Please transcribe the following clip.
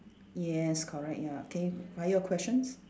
yes correct ya okay what your questions